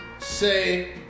say